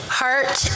heart